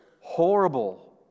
Horrible